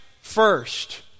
first